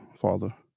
Father